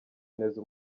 neza